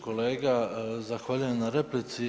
Kolega, zahvaljujem na replici.